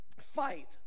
fight